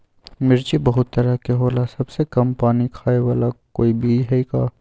मिर्ची बहुत तरह के होला सबसे कम पानी खाए वाला कोई बीज है का?